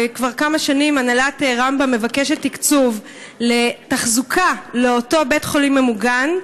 כבר כמה שנים הנהלת רמב"ם מבקשת תקצוב לתחזוקה לאותו בית-חולים ממוגן,